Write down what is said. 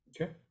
Okay